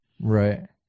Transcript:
Right